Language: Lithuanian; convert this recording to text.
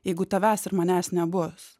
jeigu tavęs ir manęs nebus